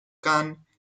cannes